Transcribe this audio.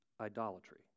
idolatry